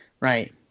Right